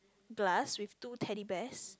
glass with two Teddy Bears